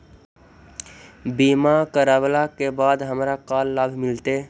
बीमा करवला के बाद हमरा का लाभ मिलतै?